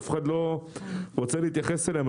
אף אחד לא רוצה להתייחס אליהם.